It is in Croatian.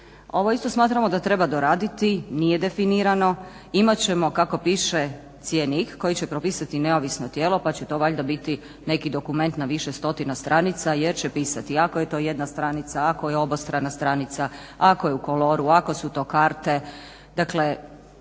Ovo isto smatramo da treba doraditi, nije definirano. Imat ćemo kako piše cjenik koji će propisati neovisno tijelo, pa će to valjda biti neki dokument na više stotina stranica, jer će pisati ako je to jedna stranica, ako je obostrana stranica, ako je u koloru, ako su to karte.